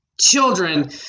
children